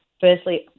Firstly